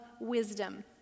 wisdom